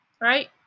right